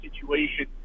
situation